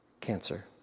cancer